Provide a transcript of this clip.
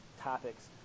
topics